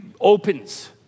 opens